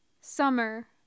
Summer